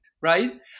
Right